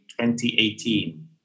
2018